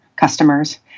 customers